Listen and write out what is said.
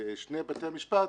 של שני בתי המשפט,